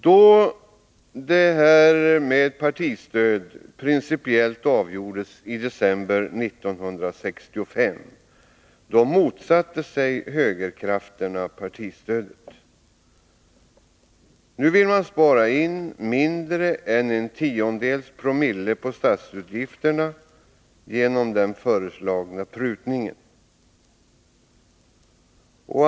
Då frågan om partistöd principiellt avgjordes i december 1965, motsatte sig högerkrafterna att detta stöd skulle utgå. Nu vill man genom den föreslagna prutningen spara in mindre än en tiondels promille av statsutgifterna.